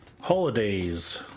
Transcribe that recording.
Holidays